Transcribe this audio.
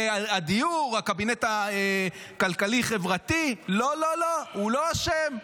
הדיור הכלכלי חברתי, לא לא לא, הוא לא אשם,